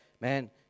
man